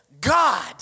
God